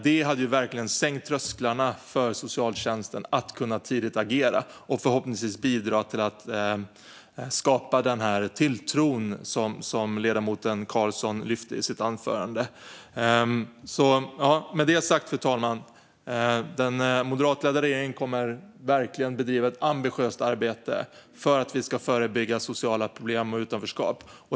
Det hade verkligen sänkt trösklarna för ett tidigt agerande från socialtjänsten och hade förhoppningsvis bidragit till att skapa den tilltro som ledamoten Karlsson lyfte fram i sitt anförande. Fru talman! Den moderatledda regeringen kommer verkligen att bedriva ett ambitiöst arbete för att vi ska förebygga sociala problem och utanförskap.